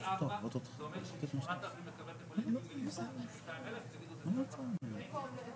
אני מבינה שכרגע אנחנו מאשרים את זה ביחד עם סעיף קטן (יא) בעמוד 9,